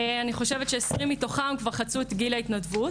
אני חושבת שעשרים מתוכם כבר חצו את גיל ההתנדבות,